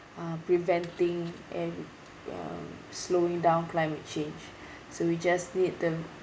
uh preventing and uh slowing down climate change so we just need them